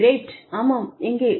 great ஆமாம் எங்கே